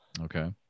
Okay